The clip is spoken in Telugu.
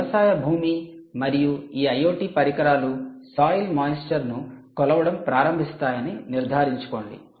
వ్యవసాయ భూమి మరియు ఈ IoT పరికరాలు సాయిల్ మాయిస్చర్ను కొలవడం ప్రారంభిస్తాయని నిర్ధారించుకోండి